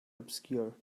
obscure